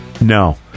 no